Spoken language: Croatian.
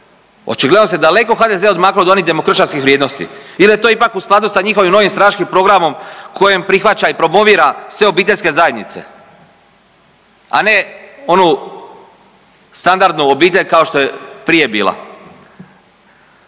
Očigledno se daleko HDZ-e odmaknuo od onih demokršćanskih vrijednosti ili je to ipak u skladu sa njihovim novim stranačkim programom kojem prihvaća i promovira sve obiteljske zajednice, a ne onu standardnu obitelj kao što je prije bila.